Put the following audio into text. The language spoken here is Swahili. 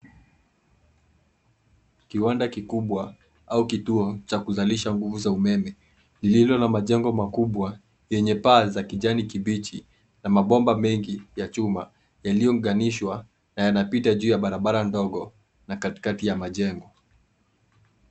Kiwanda kikubwa au kituo cha kuzalisha nguvu za umeme, lililo na majengo makubwa yenye paa za kijani kibichi na mabomba mengi ya chuma yaliyounganishwa na yanapita juu ya barabara ndogo na katikati ya majengo.